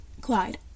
Clyde